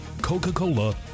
Coca-Cola